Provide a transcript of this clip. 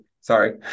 sorry